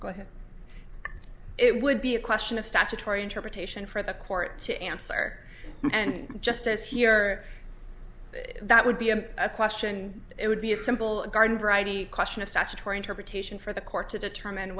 go ahead it would be a question of statutory interpretation for the court to answer and just as here that would be a question it would be a simple garden variety question of statutory interpretation for the court to determine